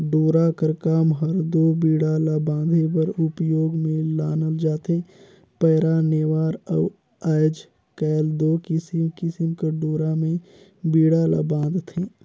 डोरा कर काम हर दो बीड़ा ला बांधे बर उपियोग मे लानल जाथे पैरा, नेवार अउ आएज काएल दो किसिम किसिम कर डोरा मे बीड़ा ल बांधथे